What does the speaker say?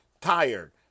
Tired